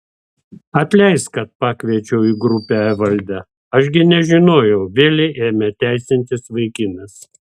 atleisk kad pakviečiau į grupę evaldą aš gi nežinojau vėlei ėmė teisintis vaikinas